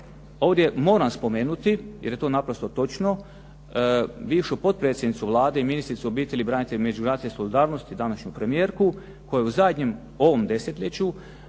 ovdje moram spomenuti, jer je to naprosto točno, višu potpredsjednicu Vlade i ministricu obitelji, branitelja i međugeneracijske solidarnosti, današnju premijerku koja je u zadnjem ovom desetljeću